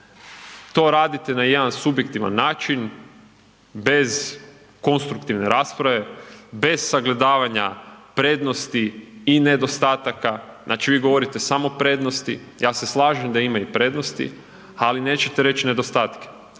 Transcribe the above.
to radite na jedan subjektivan način bez konstruktivne rasprave, bez sagledavanja prednosti i nedostataka, znači vi govorite samo prednosti, ja se slažem da ima i prednosti, ali nećete reć nedostatke,